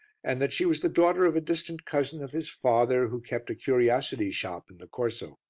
and that she was the daughter of a distant cousin of his father who kept a curiosity shop in the corso.